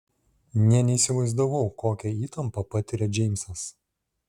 nė neįsivaizdavau kokią įtampą patiria džeimsas